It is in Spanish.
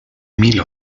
mil